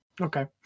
Okay